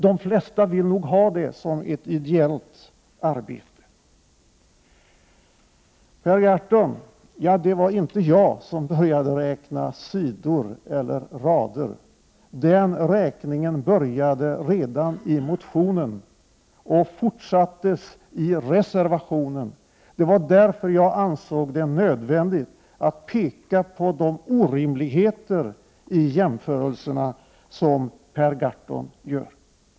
De flesta vill nog ha det som ett ideellt arbete. Det var inte jag som började att räkna sidor eller rader, Per Gahrton. Den räkningen började redan i motionen, och den fortsattes i reservationen. Det var därför jag ansåg det nödvändigt att påpeka de orimligheter som finns i de jämförelser som Per Gahrton gör.